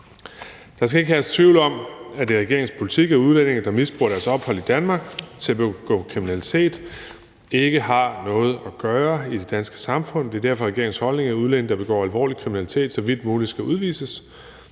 Der skal ikke herske tvivl om, at det er regeringens politik, at udlændinge, der misbruger deres ophold i Danmark til at begå kriminalitet, ikke har noget at gøre i det danske samfund. Det er derfor regeringens holdning, at udlændinge, der begår alvorlig kriminalitet, så vidt muligt skal udvises.